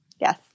Yes